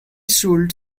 should